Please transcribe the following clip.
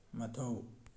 ꯃꯊꯧ